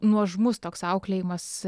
nuožmus toks auklėjimas